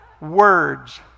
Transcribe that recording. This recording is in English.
Words